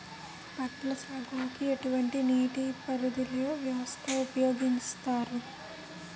పండ్ల సాగుకు ఎటువంటి నీటి పారుదల వ్యవస్థను ఉపయోగిస్తారు?